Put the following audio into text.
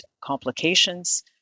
complications